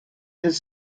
his